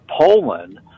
Poland